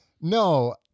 no